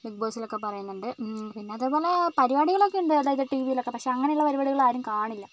big ബോസ്സിലൊക്കെ പറയുന്നുണ്ട് പിന്നെ അതേ പോലെ പരിപാടികളൊക്കെ ഉണ്ട് അതായത് ടി വിയിലൊക്കെ പക്ഷേ അങ്ങനെയുള്ള പരിപാടികൾ ആരും കാണില്ല